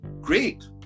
Great